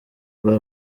rwa